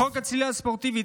חוק הצלילה הספורטיבית,